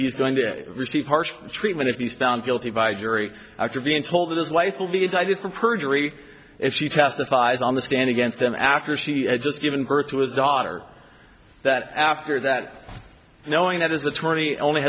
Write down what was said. he's going to receive harsh treatment if he's found guilty by a jury after being told that his life will be indicted for perjury if she testifies on the stand against them after she had just given birth to his daughter that after that knowing that his attorney only